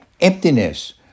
emptiness